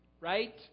Right